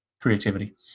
creativity